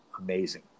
amazing